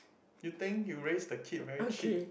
you think you raise the kid very cheap